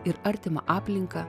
ir artimą aplinką